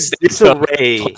disarray